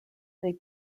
they